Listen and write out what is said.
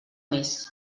més